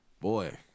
boy